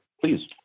please